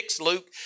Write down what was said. Luke